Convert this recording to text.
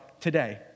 today